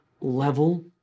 level